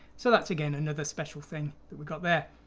so that's again another special thing that we got there,